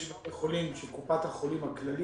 יש בתי חולים של קופת החולים הכללית,